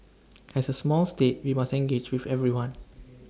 as A small state we must engage with everyone